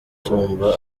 tumba